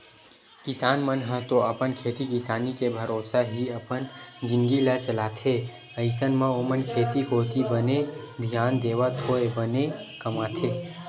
किसान मन ह तो अपन खेती किसानी के भरोसा ही अपन जिनगी ल चलाथे अइसन म ओमन खेती कोती बने धियान देवत होय बने कमाथे